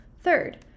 Third